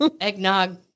eggnog